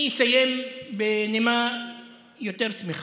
אני אסיים בנימה יותר שמחה.